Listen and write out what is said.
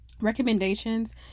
recommendations